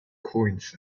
coins